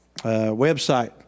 website